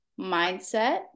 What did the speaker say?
mindset